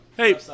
Hey